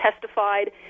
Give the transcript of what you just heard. testified